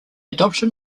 adoption